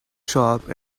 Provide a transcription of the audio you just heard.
shop